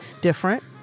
different